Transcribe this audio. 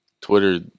Twitter